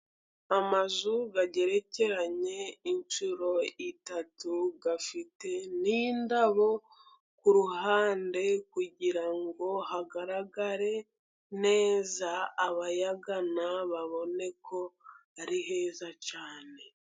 Amazu agerekeranye inshuro eshatu, afite ni indabo ku ruhande kugira ngo hagaragare neza, abayagana babone ko ari heza cyane.